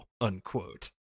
Unquote